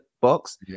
box